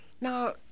Now